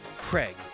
Craig